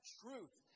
truth